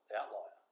outlier